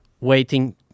waiting